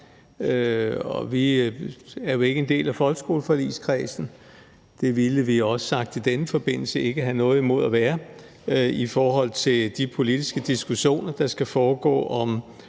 Vi er jo ikke en del af folkeskoleforligskredsen, det ville vi også sagt i denne forbindelse ikke have noget imod at være i forhold til de politiske diskussioner, der skal foregå om